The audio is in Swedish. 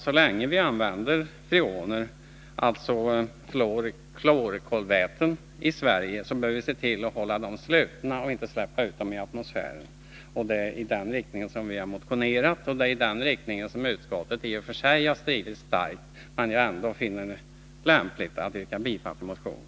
Så länge vi använder freoner, alltså klorfluorkolväten, i Sverige bör vi därför se till att hålla dem slutna och inte släppa ut dem i atmosfären. Det är om ett beslut i den riktningen som vi har motionerat, och det är om en utveckling i den riktningen som utskottet har skrivit starkt. Jag finner det ändå lämpligt att yrka bifall till motionen.